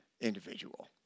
individual